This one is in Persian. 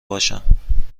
باشم